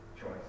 choice